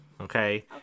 okay